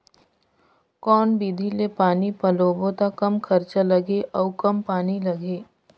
कौन विधि ले पानी पलोबो त कम खरचा लगही अउ कम पानी लगही?